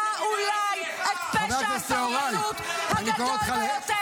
אולי את פשע הסרבנות הגדול ביותר.